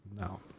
no